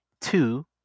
two